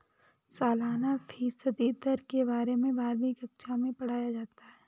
सालाना फ़ीसदी दर के बारे में बारहवीं कक्षा मैं पढ़ाया जाता है